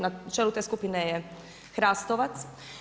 Na čelu te skupine je Hrastovac.